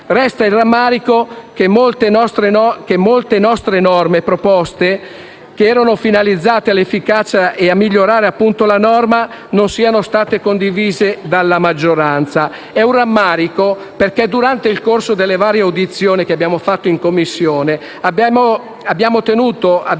Resta il rammarico che molte nostre norme e proposte emendative, che erano finalizzate all'efficacia e a migliorare il provvedimento, non siano state condivise dalla maggioranza. È un rammarico perché, durante il corso delle varie audizioni che abbiamo tenuto in Commissione, abbiamo ascoltato